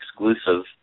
exclusive